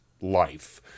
life